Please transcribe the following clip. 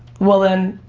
well then,